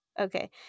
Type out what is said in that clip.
Okay